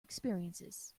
experiences